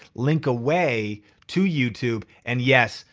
link away to youtube and yes,